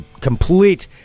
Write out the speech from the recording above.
complete